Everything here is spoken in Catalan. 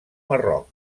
marroc